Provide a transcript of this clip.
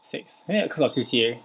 six oh ya cause got C_C_A